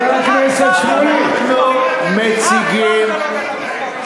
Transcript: המספרים פה.